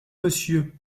monsieur